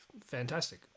fantastic